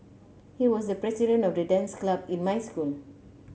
he was the president of the dance club in my school